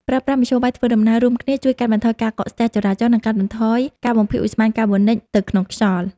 ប្រើប្រាស់មធ្យោបាយធ្វើដំណើររួមគ្នាជួយកាត់បន្ថយការកកស្ទះចរាចរណ៍ និង កាត់បន្ថយការបំភាយឧស្ម័នកាបូនិចទៅក្នុងខ្យល់។